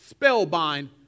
spellbind